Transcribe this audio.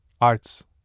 arts